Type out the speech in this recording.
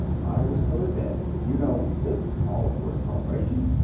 i was still in bed. you know, this calls for a celebration.